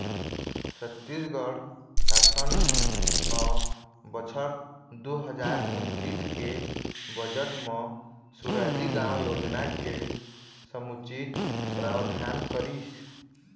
छत्तीसगढ़ सासन ह बछर दू हजार उन्नीस के बजट म सुराजी गाँव योजना के समुचित प्रावधान करिस